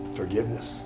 forgiveness